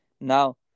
Now